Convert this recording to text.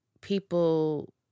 People